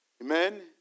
Amen